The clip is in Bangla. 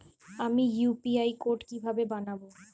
আমি ইউ.পি.আই কোড কিভাবে বানাব?